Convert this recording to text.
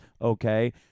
Okay